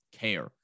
care